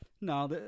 no